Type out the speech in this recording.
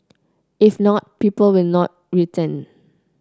if not people will not return